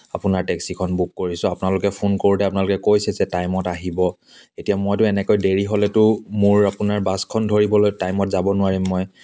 আপোনাৰ টেক্সিখন বুক কৰিছোঁ আপোনালোকে ফোন কৰোঁতে আপোনালোকে কৈছে যে টাইমত আহিব এতিয়া মইতো এনেকৈ দেৰি হ'লেতো মোৰ আপোনাৰ বাছখন ধৰিবলৈ টাইমত যাব নোৱাৰিম মই